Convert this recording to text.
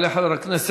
יעלה חבר הכנסת